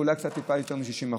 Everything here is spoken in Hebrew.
אולי קצת יותר מ-60%.